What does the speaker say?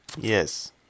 yes